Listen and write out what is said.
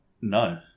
No